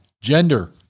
gender